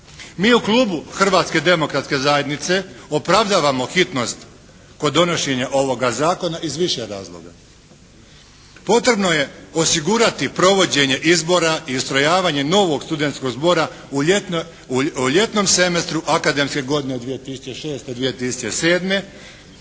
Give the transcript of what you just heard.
Mi u klubu Hrvatske demokratske zajednice opravdavamo hitnost kod donošenja ovoga zakona iz više razloga. Potrebno je osigurati provođenje izbora i ustrojavanje novog studentskog zbora u ljetnom semestru akademske godine 2006./2007.